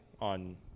on